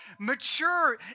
mature